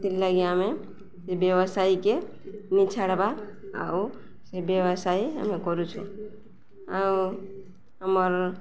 ସେଥିର୍ଲାଗି ଆମେ ସେ ବ୍ୟବସାୟୀକେ ନିଛାଡ଼ବା ଆଉ ସେ ବ୍ୟବସାୟୀ ଆମେ କରୁଛୁ ଆଉ ଆମର